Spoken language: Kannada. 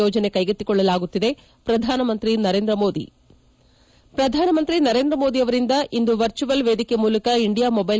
ಯೋಜನೆ ಕೈಗೆತ್ತಿಕೊಳ್ಳಲಾಗಿದೆ ಪ್ರಧಾನಮಂತ್ರಿ ನರೇಂದ್ರ ಮೋದಿ ಪ್ರಧಾನಮಂತ್ರಿ ನರೇಂದ್ರ ಮೋದಿ ಅವರಿಂದ ಇಂದು ವರ್ಚುಯಲ್ ವೇದಿಕೆ ಮೂಲಕ ಇಂಡಿಯಾ ಮೊಬ್ನೆಲ್